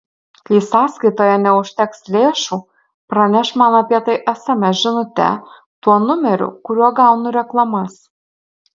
kai sąskaitoje neužteks lėšų praneš man apie tai sms žinute tuo numeriu kuriuo gaunu reklamas